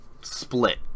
split